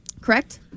Correct